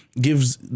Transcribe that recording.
gives